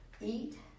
eat